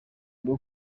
rwo